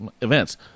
events